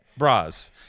Bras